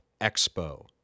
Expo